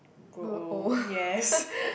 grow old yes